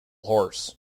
horse